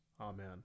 amen